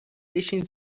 بشین